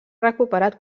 recuperat